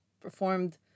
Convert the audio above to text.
performed